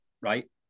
right